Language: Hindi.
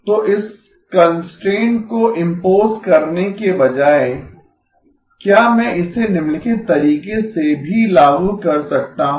तो इस कंस्ट्रेंट को इम्पोस करने के बजाय क्या मैं इसे निम्नलिखित तरीके से भी लागू कर सकता हूं